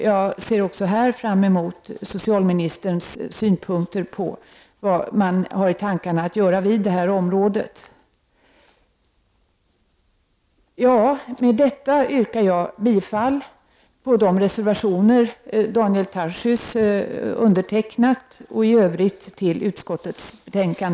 Jag ser fram emot att få ta del av socialministerns synpunkter på planerna också på det här området. Med detta yrkar jag bifall till de reservationer som Daniel Tarschys undertecknat och i övrigt till utskottets hemställan.